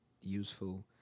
useful